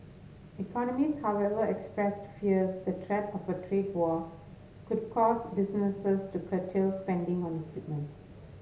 economists however expressed fears the threat of a trade war could cause businesses to curtail spending on equipment